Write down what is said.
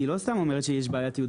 היא לא סתם אומרת שיש בעייתיות.